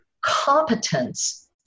competence